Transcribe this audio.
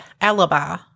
alibi